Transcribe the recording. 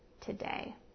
today